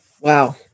Wow